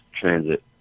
transit